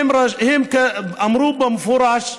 הם אמרו במפורש: